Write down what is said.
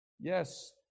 Yes